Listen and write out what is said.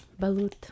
Balut